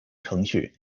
程序